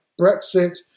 Brexit